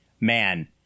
man